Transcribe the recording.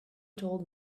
told